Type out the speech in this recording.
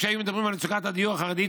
כשהיו מדברים על מצוקת הדיור החרדי,